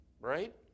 right